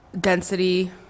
density